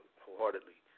wholeheartedly